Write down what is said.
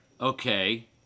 Okay